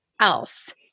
else